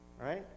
Right